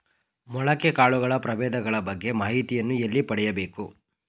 ಮೊಳಕೆ ಕಾಳುಗಳ ಪ್ರಭೇದಗಳ ಬಗ್ಗೆ ಮಾಹಿತಿಯನ್ನು ಎಲ್ಲಿ ಪಡೆಯಬೇಕು?